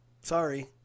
Sorry